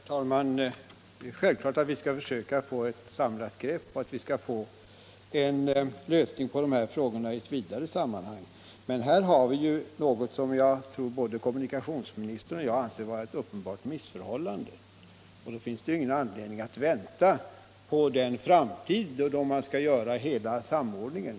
Herr talman! Det är självklart att vi skall försöka få ett samlat grepp över trafikfrågorna och åstadkomma en lösning på dessa problem i vidare sammanhang. Men här har vi något som både kommunikationsministern och jag anser vara ett uppenbart missförhållande, och då finns det ingen anledning att vänta på den framtid då vi kan göra hela samordningen.